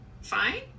Fine